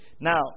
Now